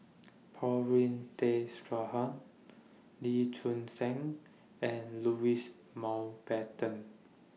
Paulin Tay Straughan Lee Choon Seng and Louis Mountbatten